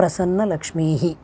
प्रसन्नलक्ष्मीः